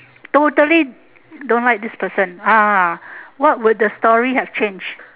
totally don't like this person ah what would the story have change